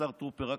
והשר טרופר,